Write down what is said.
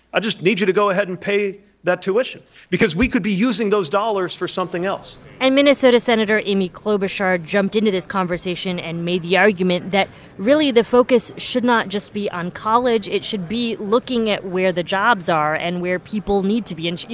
i just need you to go ahead and pay that tuition because we could be using those dollars for something else and minnesota senator amy klobuchar jumped into this conversation and made the argument that really the focus should not just be on college. it should be looking at where the jobs are and where people need to be. and, you